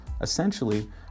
Essentially